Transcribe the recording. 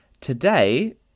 Today